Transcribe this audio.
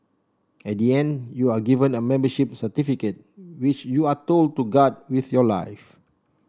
at the end you are given a membership certificate which you are told to guard with your life